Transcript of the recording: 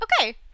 okay